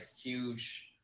huge